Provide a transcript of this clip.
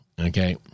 Okay